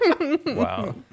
Wow